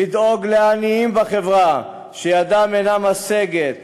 לדאוג לעניים בחברה שידם אינה משגת,